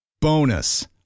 Bonus